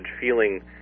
feeling